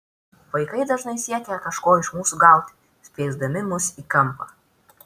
vaikai dažnai siekia kažko iš mūsų gauti spiesdami mus į kampą